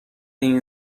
این